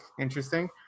interesting